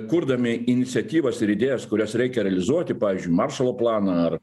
kurdami iniciatyvas ir idėjas kurias reikia realizuoti pavyzdžiui maršalo planą ar